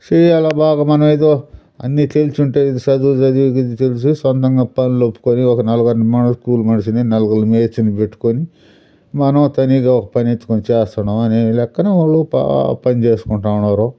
చేయాలా బాగా మనమే ఏదో అన్ని తెలిసి ఉంటే ఈ చదువు చదివి ఇది తెలుసు సొంతంగా పనులు ఒప్పుకొని ఒక నలుగురని కూలి మనిషిని నలుగురు మేస్త్రిని పెట్టుకొని మనము తనిగా ఒక పని వెతుక్కొని చేస్తున్నాము అనే లెక్కున వాళ్ళు ప పని చేసుకుంటూ ఉన్నారు